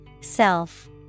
Self